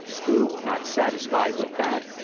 who, not satisfied with that,